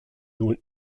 nun